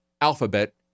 Alphabet